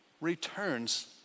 returns